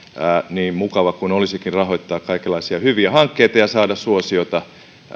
niin mukava kuin olisikin rahoittaa kaikenlaisia hyviä hankkeita ja saada suosiota